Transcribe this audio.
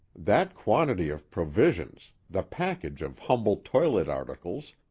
that quantity of provisions, the package of humble toilet articles,